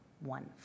one